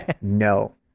No